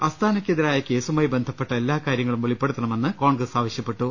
അസ്താനയ്ക്കെതിരായ കേസുമായി ബന്ധപ്പെട്ട എല്ലാകാര്യങ്ങളും വെളിപ്പെടുത്തണമെന്ന് കോൺഗ്രസ് ആവശ്യപ്പെട്ടു